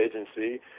agency